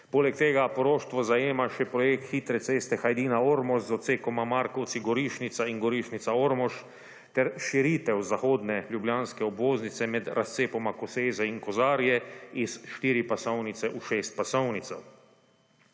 Poleg tega poroštvo zajema še projekt hitre ceste Hajdina Ormož z odsekoma Markovci-Gorišnica in Goriščnica-Ormož ter širitev zahodne ljubljanske obvoznice med razcepoma Koseze in Kozarje iz 4-pasovnice v 6-pasovnici.